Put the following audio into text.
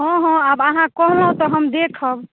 हँ हँ आब अहाँ कहलहुॅं तऽ हम देखब